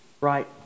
Right